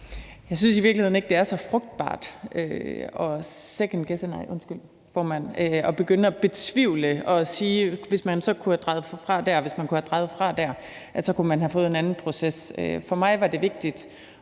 Jeg synes i virkeligheden ikke, at det er så frugtbart at begynde at betvivle og sige: Hvis man så kunne have drejet fra dér eller drejet fra dér, kunne man have fået en anden proces. For mig var det vigtigt